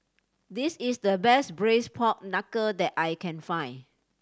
this is the best Braised Pork Knuckle that I can find